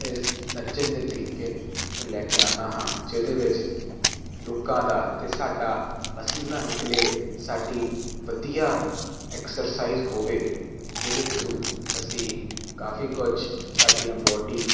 ਇਸ ਨੱਚਣ ਦੇ ਤਰੀਕੇ ਤੋਂ ਲੈ ਕੇ ਆਉਂਦਾ ਹਾਂ ਜਿਹਦੇ ਵਿੱਚ ਲੋਕਾਂ ਦਾ ਅਤੇ ਸਾਡਾ ਪਸੀਨਾ ਨਿਕਲੇ ਸਾਡੀ ਵਧੀਆ ਐਕਸਰਸਾਈਜ਼ ਹੋਵੇ ਜਿਹਦੇ ਥਰੂ ਅਸੀਂ ਕਾਫੀ ਕੁਛ ਸਾਡੀਆਂ ਬੋਡੀ